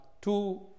two